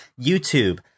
YouTube